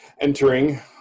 entering